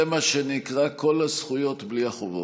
זה מה שנקרא: כל הזכויות בלי החובות.